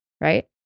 right